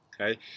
Okay